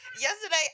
Yesterday